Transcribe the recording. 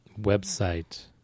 website